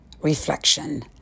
Reflection